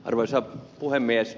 arvoisa puhemies